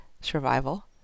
survival